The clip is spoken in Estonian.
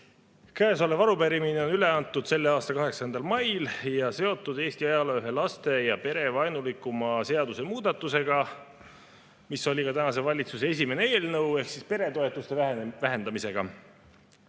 Käesolev arupärimine on üle antud selle aasta 8. mail ja seotud Eesti ajaloo ühe laste‑ ja perevaenulikuma seadusemuudatusega, mis oli ka tänase valitsuse esimene eelnõu, ehk peretoetuste vähendamisega.